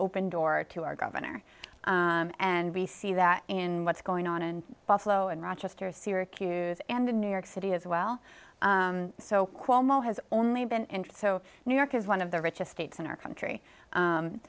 open door to our governor and we see that in what's going on in buffalo and rochester syracuse and in new york city as well so cuomo has only been so new york is one of the richest states in our country